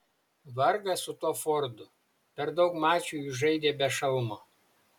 vargas su tuo fordu per daug mačų jis žaidė be šalmo